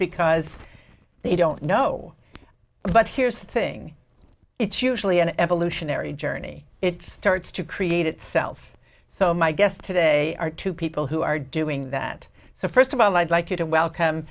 because they don't know but here's the thing it's usually an evolutionary journey it starts to create itself so my guests today are two people who are doing that so first of all i'd like you to welcome